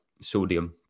sodium